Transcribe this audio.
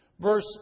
verse